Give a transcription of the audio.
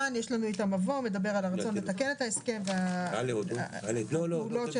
אתה תקבל את ההלוואה הגבוהה